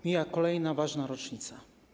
Mija kolejna ważna rocznica.